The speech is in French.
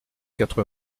quatre